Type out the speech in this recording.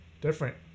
different